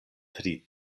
tri